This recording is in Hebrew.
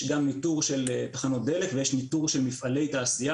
יש גם ניטור של תחנות דלק ויש ניטור של מפעלי תעשייה,